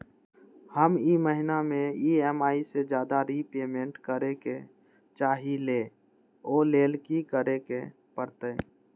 हम ई महिना में ई.एम.आई से ज्यादा रीपेमेंट करे के चाहईले ओ लेल की करे के परतई?